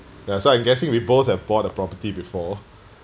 ya so I'm guessing we both have bought a property before